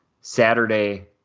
Saturday